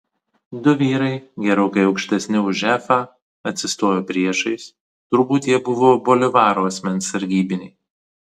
du vyrai gerokai aukštesni už efą atsistojo priešais turbūt jie buvo bolivaro asmens sargybiniai